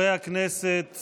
חברי הכנסת